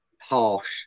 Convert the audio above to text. harsh